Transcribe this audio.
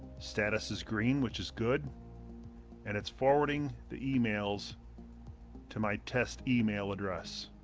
status is green which is good and it's forwarding the emails to my test email address.